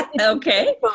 Okay